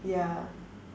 ya